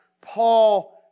Paul